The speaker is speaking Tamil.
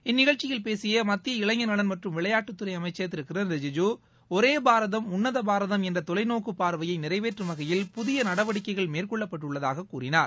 இந்நிகழ்ச்சியில் பேசிய மத்திய இளைஞர் நலன் மற்றும் விளையாட்டுத்துறை அமைச்சர் திரு கிரண் ரிஜிஜூ ஒரே பாரதம் உன்னத பாரதம் என்ற தொலைநோக்குப் பார்வையை நிறைவேற்றும் வகையில் புதிய நடவடிக்கைகள் மேற்கொள்ளப்பட்டுள்ளதாக கூறினார்